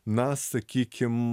na sakykim